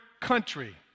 country